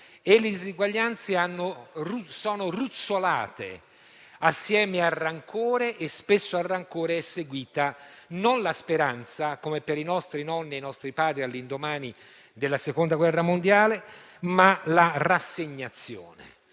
diseguaglianze che sono ruzzolate assieme a rancore e spesso al rancore non è seguita la speranza, come per i nostri nonni e i nostri padri all'indomani della seconda guerra mondiale, ma la rassegnazione.